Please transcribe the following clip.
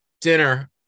dinner